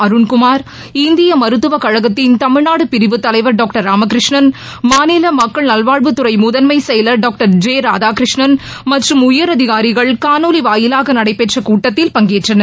அருண்குமார் இந்திய மருத்துவ கழகத்தின் தமிழ்நாடு பிரிவுத்தலைவர் தலைவர் டாக்டர் ராமகிருஷ்ணன் மாநில மக்கள் நல்வாழ்வுத்துறை முதன்மச்செயலர் டாக்டர் ஜெ ராதாகிருஷ்ணன் மற்றும் உயரதிகாரிகள் காணொலி வாயிலாக நடைபெற்ற கூட்டத்தில் பங்கேற்றனர்